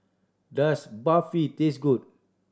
does Barfi taste good